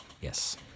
Yes